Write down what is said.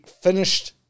finished –